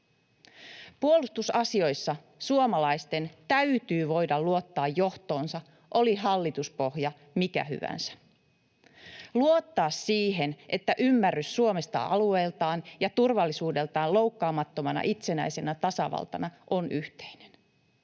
Puolustusasioissa suomalaisten täytyy voida luottaa johtoonsa, oli hallituspohja mikä hyvänsä, luottaa siihen, että ymmärrys Suomesta alueeltaan ja turvallisuudeltaan loukkaamattomana itsenäisenä tasavaltana on yhteinen.